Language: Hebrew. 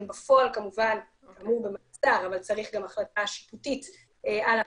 הם בפועל כמובן במעצר אבל צריך גם החלטה שיפוטית על הפסקה.